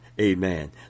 Amen